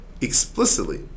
explicitly